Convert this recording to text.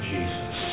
Jesus